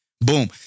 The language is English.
Boom